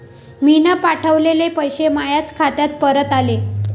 मीन पावठवलेले पैसे मायाच खात्यात परत आले